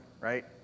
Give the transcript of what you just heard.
right